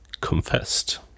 confessed